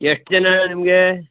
ಎಷ್ಟು ಜನ ನಿಮಗೆ